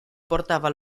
portava